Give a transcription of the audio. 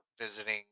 visiting